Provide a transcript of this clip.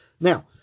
Now